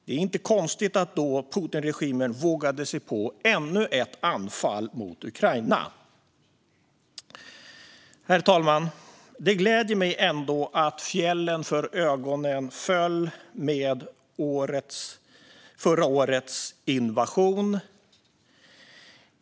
Det är då inte konstigt att Putinregimen vågade sig på ännu ett anfall mot Ukraina. Herr talman! Det gläder mig ändå att fjällen för ögonen föll med förra årets invasion.